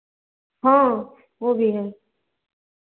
हाँ वह भी है